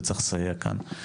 וצריך לסייע כאן.